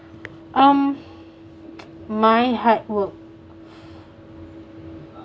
um my hard work